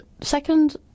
second